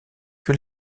que